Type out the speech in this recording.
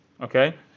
okay